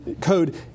code